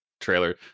trailer